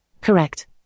Correct